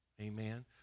Amen